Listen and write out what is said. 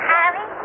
Harry